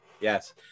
yes